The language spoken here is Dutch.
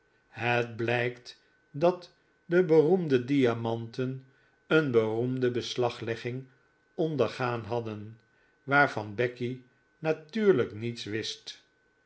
het blijkt dat de beroemde diamanten een beroemde beslaglegging ondergaan hadden waarvan becky natuurlijk niets wist